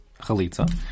chalitza